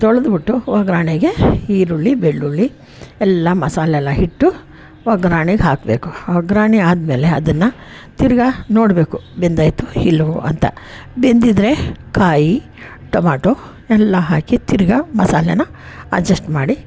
ತೊಳ್ದು ಬಿಟ್ಟು ಒಗ್ಗರಣೆಗೆ ಈರುಳ್ಳಿ ಬೆಳ್ಳುಳ್ಳಿ ಎಲ್ಲ ಮಸಾಲೆಲ್ಲ ಹಿಟ್ಟು ಒಗ್ರಣೆಗೆ ಹಾಕಬೇಕು ಒಗ್ಗರಣೆ ಆದಮೇಲೆ ಅದನ್ನು ತಿರ್ಗಾ ನೋಡಬೇಕು ಬೆಂದಯ್ತೊ ಇಲ್ವೋ ಅಂತ ಬೆಂದಿದ್ದರೆ ಕಾಯಿ ಟೊಮಾಟೊ ಎಲ್ಲ ಹಾಕಿ ತಿರ್ಗಾ ಮಸಾಲೆ ಅಡ್ಜಸ್ಟ್ ಮಾಡಿ